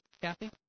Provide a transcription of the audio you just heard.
Kathy